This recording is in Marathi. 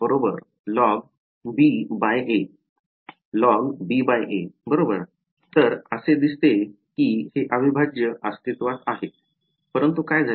logba तर असे दिसते की हे अविभाज्य अस्तित्त्वात आहे परंतु काय झाले